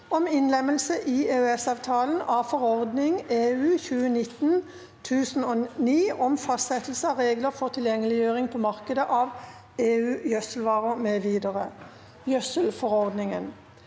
om innlemmelse i EØS-avtalen av forordning (EU) 2019/1009 om fastsettelse av regler for tilgjengelig- gjøring på markedet av EU-gjødselvarer mv.